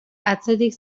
atzetik